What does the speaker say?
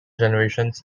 generations